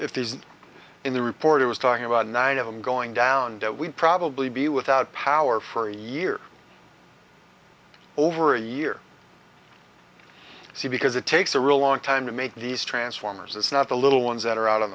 if this is in the report it was talking about nine of them going down that we'd probably be without power for a year over a year see because it takes a real long time to make these transformers it's not the little ones that are out on